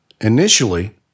initially